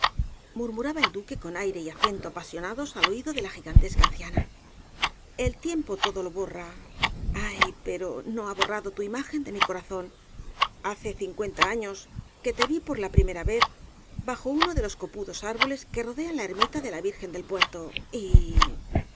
murmuraba el duque con aire y acento apasionados al oído de la gigantesca anciana el tiempo todo lo borra ay pero no ha borrado tu imagen de mi corazón hace cincuenta años que te vi por la primera vez bajo uno de los copudos árboles que rodean la ermita de la virgen del puerto y